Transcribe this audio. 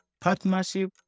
partnership